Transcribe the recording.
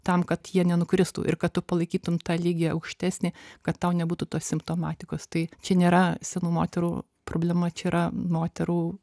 tam kad jie nenukristų ir kad tu palaikytum tą lygį aukštesnį kad tau nebūtų tos simptomatikos tai čia nėra senų moterų problema čia yra moterų